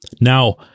Now